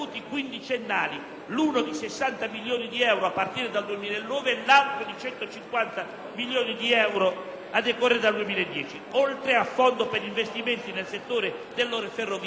(uno di 60 milioni di euro a partire dal 2009 e l'altro di 150 milioni di euro a decorrere dal 2010), oltre al Fondo per gli investimenti del gruppo Ferrovie